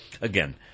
again